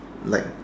like